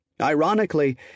Ironically